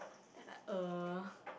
then I uh